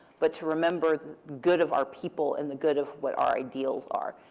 but to remember the good of our people and the good of what our ideals are.